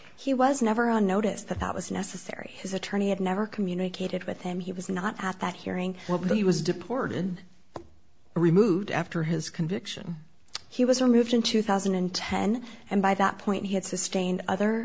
he was never on notice that that was necessary his attorney had never communicated with him he was not at that hearing when he was deported removed after his conviction he was removed in two thousand and ten and by that point he had sustained other